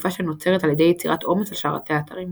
תקיפה שנוצרת על ידי יצירת עומס על שרתי האתרים.